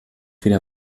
wieder